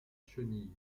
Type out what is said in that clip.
chenille